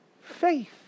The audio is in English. faith